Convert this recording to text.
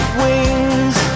wings